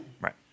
Right